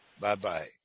Bye-bye